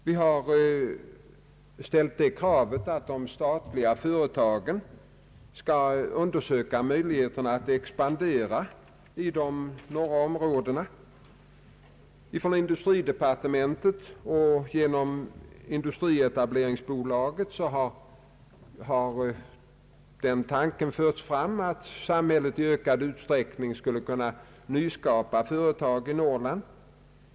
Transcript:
Vi har ställt det kravet att de statliga företagen skall undersöka möjligheterna att expandera i de norra områdena. Från industridepartementet och genom Industrietableringsbolaget har den tanken förts fram att samhället i ökad utsträckning skulle kunna nyskapa företag i Norrland.